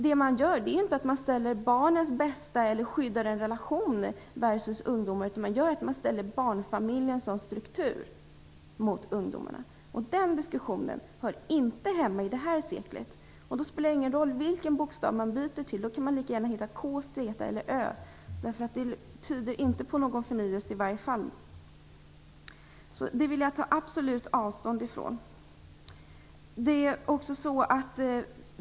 Det kds gör är inte att man ställer barnens bästa eller skyddandet av en relation versus ungdomar, utan man ställer barnfamiljer som struktur mot ungdomarna. Den diskussionen hör inte hemma i det här seklet. Då spelar det ingen roll vilken bokstav man byter till. Man kan lika gärna heta K som Z eller ö. Det tyder i varje fall inte på någon förnyelse. Detta resonemang vill jag absolut ta avstånd ifrån.